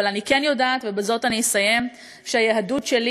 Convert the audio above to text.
אבל אני כן יודעת, ובזאת אני אסיים, שהיהדות שלי